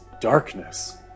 darkness